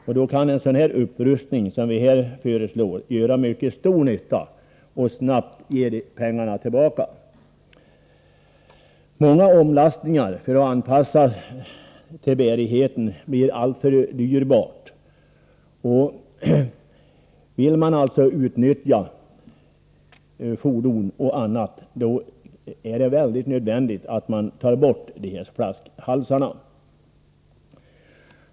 En upprustning av det slag som vi här föreslår kan således vara till mycket stor nytta. Man skulle då snabbt få tillbaka de pengar som man lagt ut. Många omlastningar för att anpassa till bärigheten blir alltför dyrbart. Vill man utnyttja fordon och annat är det nödvändigt att ta bort dessa flaskhalsar.